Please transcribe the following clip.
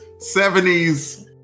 70s